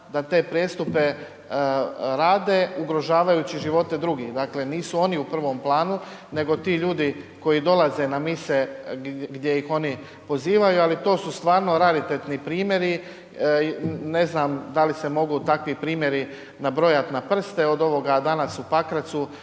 da te prijestupe rade ugrožavajući živote drugih. Dakle nisu oni u prvom planu nego ti ljudi koji dolaze na mise gdje ih oni pozivaju. Ali to su stvarno raritetni primjeri, ne znam da li se mogu takvi nabrojati na prste od ovoga danas u Pakracu